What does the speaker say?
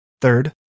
Third